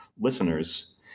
listeners